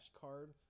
card